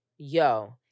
Yo